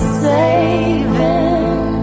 saving